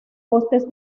costes